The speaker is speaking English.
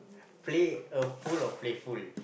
play a fool or playful